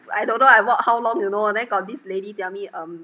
I don't know I walk how long you know then got this lady tell me um